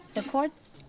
the courts,